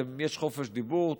אם יש חופש דיבור,